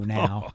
now